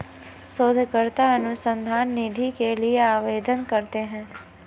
शोधकर्ता अनुसंधान निधि के लिए आवेदन करते हैं